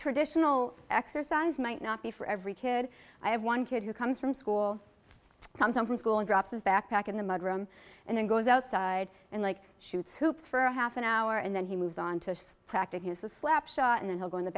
traditional exercise might not be for every kid i have one kid who comes from school comes home from school and drops his backpack in the mud room and then goes outside and like shoots hoops for a half an hour and then he moves on to practice his to slap shot and then he'll go in the